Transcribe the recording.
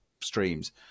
streams